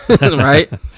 right